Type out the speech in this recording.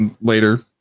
later